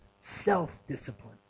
self-discipline